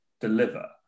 deliver